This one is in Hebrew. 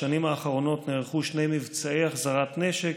בשנים האחרונות נערכו שני מבצעי החזרת נשק,